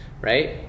Right